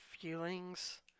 feelings